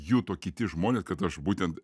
juto kiti žmonės kad aš būtent